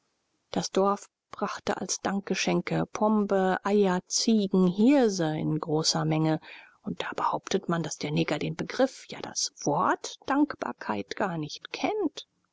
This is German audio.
das dorf brachte als dankgeschenke pombe eier ziegen hirse in großer menge und da behauptet man daß der neger den begriff ja das wort dankbarkeit gar nicht kennt